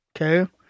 Okay